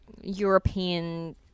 European